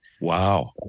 wow